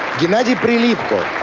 gennady prilipko,